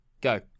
Go